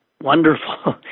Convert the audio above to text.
wonderful